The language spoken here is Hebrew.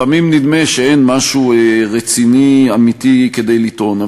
לפעמים נדמה שאין משהו רציני, אמיתי, כדי לטעון.